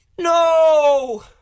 No